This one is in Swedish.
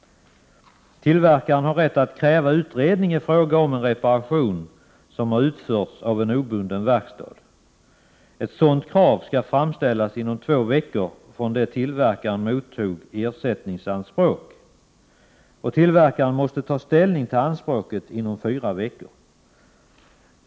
Tillverkaren har rätt att kräva utredning i fråga om en reparation som har utförts av en obunden verkstad. Ett sådant krav skall framställas inom två veckor från det tillverkaren mottog ersättningsanspråk. Tillverkaren måste ta ställning till anspråket inom fyra veckor.